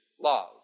love